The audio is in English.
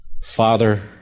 Father